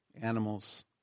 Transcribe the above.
animals